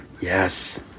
Yes